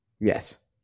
Yes